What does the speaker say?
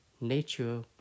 nature